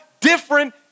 different